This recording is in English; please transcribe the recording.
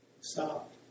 Stop